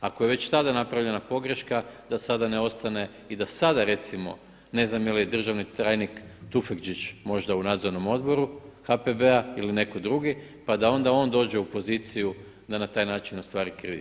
Ako je već tada napravljena pogreška da sada ne ostane i da sada recimo, ne znam jeli državni tajnik Tufekčić možda u Nadzornom odboru HPB-a ili neko drugi, pa da onda on dođe u poziciju da na taj način ostvari kredit.